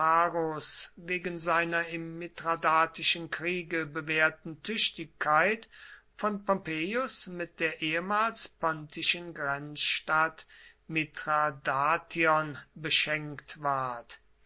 wegen seiner im mithradatischen kriege bewährten tüchtigkeit von pompeius mit der ehemals pontischen grenzstadt mithradation beschenkt ward